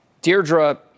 Deirdre